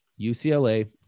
UCLA